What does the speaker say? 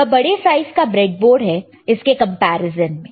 यह बड़े साइज का बैडबोर्ड है इसके कंपैरिजन में